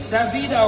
David